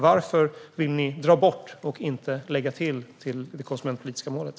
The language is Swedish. Varför vill ni dra bort och inte lägga till när det gäller det konsumentpolitiska målet?